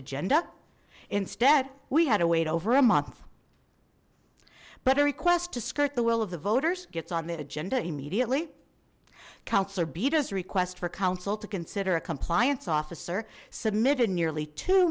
agenda instead we had a wait over a month but a request to skirt the will of the voters gets on the agenda immediately councilor beaters request for council to consider a compliance officer submitted nearly two